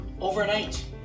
overnight